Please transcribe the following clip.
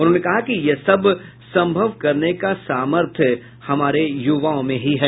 उन्होंने कहा कि यह सब संभव करने का सामर्थ्य हमारे युवाओं में ही है